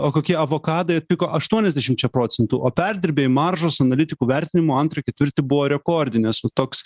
o kokie avokadai atpigo aštuoniasdešimčia procentų o perdirbėjai maržos analitikų vertinimu antrą ketvirtį buvo rekordinės toks